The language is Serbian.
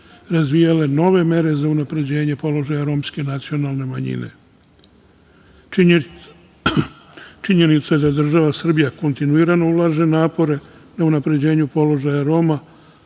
razvijale nove mere za unapređenje položaja romske nacionalne manjine. Činjenica je da država Srbija kontinuirano ulaže napore na unapređenju položaja Roma,